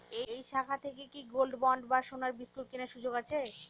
এই শাখা থেকে কি গোল্ডবন্ড বা সোনার বিসকুট কেনার সুযোগ আছে?